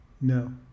No